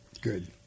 good